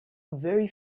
very